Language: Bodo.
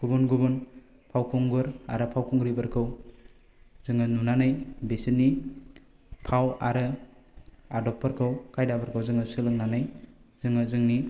गुबुन गुबुन फावखुंगुर आरो फावखुंग्रिफोरखौ जोङो नुनानै बिसोरनि फाव आरो आदबफोरखौ खायदाफोरखौ जोङो सोलोंनानै जोङो जोंनि